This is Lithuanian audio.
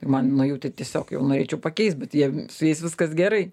ir man nuo jų tai tiesiog jau norėčiau pakeist bet jie su jais viskas gerai